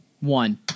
One